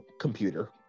computer